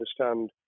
understand